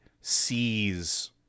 sees